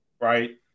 right